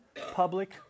public